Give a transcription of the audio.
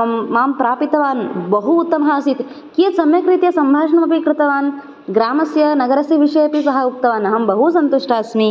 मम मां प्रापितवान् बहु उत्तमः आसीत् कियद् सम्यक् रीत्या सम्भाषणम् अपि कृतवान् ग्रामस्य नगरस्य विषये अपि सः उक्तवान् अहं बहु सन्तुष्टः अस्मि